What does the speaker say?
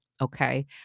Okay